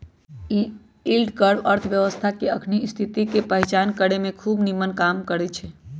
yield curve अर्थव्यवस्था के अखनी स्थिति के पहीचान करेमें खूब निम्मन काम करै छै